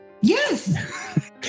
Yes